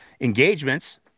engagements